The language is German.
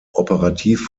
operativ